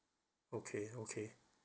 okay okay